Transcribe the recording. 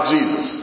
Jesus